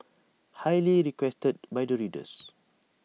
highly requested by the readers